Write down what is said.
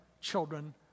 children